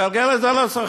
יגלגל את זה על השוכר.